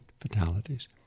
fatalities